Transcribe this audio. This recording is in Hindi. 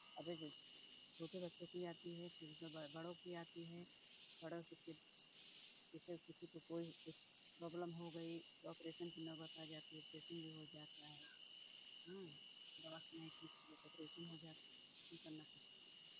अगर छोटे बच्चों की आती है फिर ब बड़ों की आती है बड़ों से फिर जैसे किसी को कोई कुछ प्रॉब्लम हो गई तो ऑपरेशन की नौबत आ जाती है ऑपरेशन भी हो जाता है है हाँ दवा से नहीं ठीक हुआ तो ऑपरेशन हो जाता है